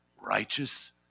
Righteous